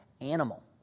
animal